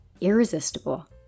irresistible